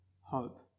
hope